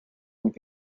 young